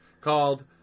called